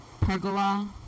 Pergola